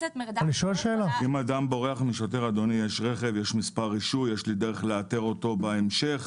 יש רכב, מספר רישוי, יש לי דרך לאתר בהמשך.